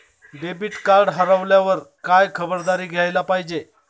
Debit card हरवल्यावर काय खबरदारी घ्यायला पाहिजे?